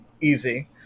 Easy